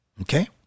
Okay